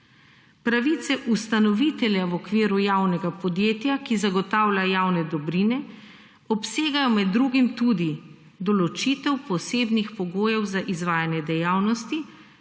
Pravice ustanovitelja v okviru javnega podjetja, ki zagotavlja javne dobrine, obsegajo med drugim tudi določitev posebnih pogojev za izvajanje dejavnosti